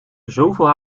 zoveel